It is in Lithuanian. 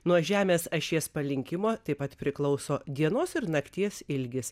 nuo žemės ašies palinkimo taip pat priklauso dienos ir nakties ilgis